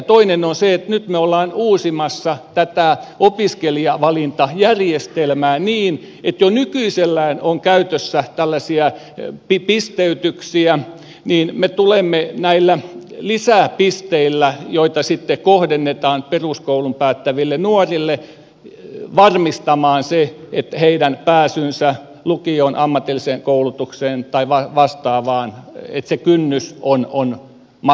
toinen on se että nyt me olemme uusimassa opiskelijavalintajärjestelmää niin että kun jo nykyisellään on käytössä pisteytyksiä niin me tulemme näillä lisäpisteillä joita sitten kohdennetaan peruskoulun päättäville nuorille varmistamaan sen että heidän pääsynsä kynnys lukioon ammatilliseen koulutukseen tai vastaavaan on matalampi